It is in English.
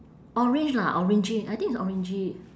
orange lah orangey I think it's orangey